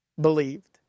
believed